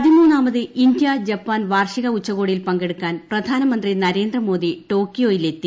പതിമൂന്നാമത് India Japan വാർഷിക ഉച്ചകോടിയിൽ പങ്കെടുക്കാൻ പ്രധാനമന്ത്രി നരേന്ദ്രമോദി ടോക്കിയിൽ എത്തി